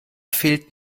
fehlt